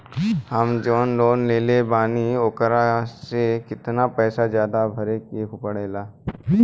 हम जवन लोन लेले बानी वोकरा से कितना पैसा ज्यादा भरे के पड़ेला?